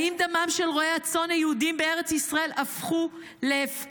האם דמם של רועי הצאן היהודים בארץ ישראל הפך להפקר?